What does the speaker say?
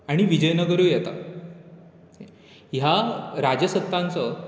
आनी विजयनगरूय येता ह्या राजसत्तांचो